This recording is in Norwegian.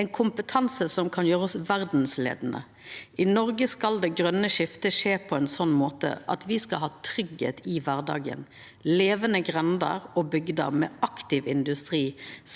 ein kompetanse som kan gjera oss verdsleiande. I Noreg skal det grøne skiftet skje på ein sånn måte at me skal ha tryggleik i kvardagen, levande grender og bygder med aktiv industri,